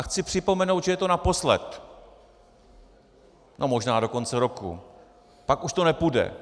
Chci připomenout, že je to naposled, no možná do konce roku, pak už to nepůjde.